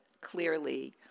clearly